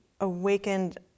awakened